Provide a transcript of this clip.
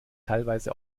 teilweise